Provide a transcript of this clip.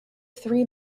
three